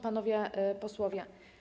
Panowie Posłowie!